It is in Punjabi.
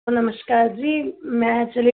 ਨਮਸਕਾਰ ਜੀ ਮੈਂ ਐਕਚੁਲੀ